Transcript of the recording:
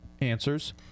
Answers